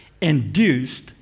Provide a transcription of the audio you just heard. induced